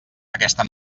aquesta